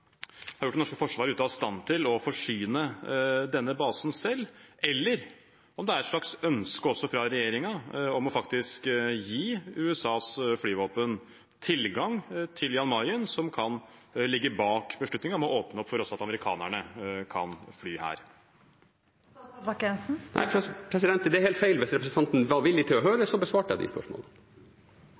har satt det norske forsvaret ute av stand til å forsyne denne basen selv, eller om det er et slags ønske fra regjeringen om faktisk å gi USAs flyvåpen tilgang til Jan Mayen som kan ligge bak beslutningen om å åpne opp for at også amerikanerne kan fly her. Det er helt feil – hvis representanten hadde vært villig til å høre, så besvarte jeg